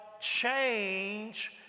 change